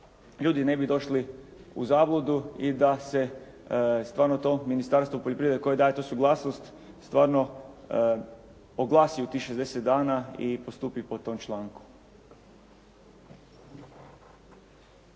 ljudi ne bi došli u zabludu i da se stvarno to Ministarstvo poljoprivrede koje daje tu suglasnost stvarno oglasi u tih 60 dana i postupi po tom članku.